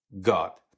God